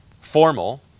formal